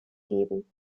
geben